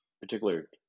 particular